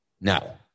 No